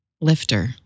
Lifter